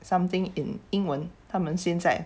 something in 英文他们现在